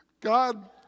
God